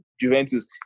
Juventus